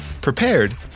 prepared